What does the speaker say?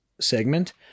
segment